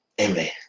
Amen